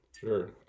Sure